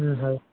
হয়